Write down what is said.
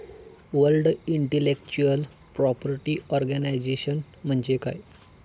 World intellectual property organisation म्हणजे काय?